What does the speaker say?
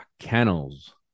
kennels